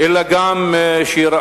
אלא גם שייראה.